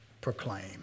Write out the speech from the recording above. proclaim